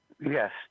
Yes